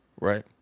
Right